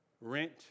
rent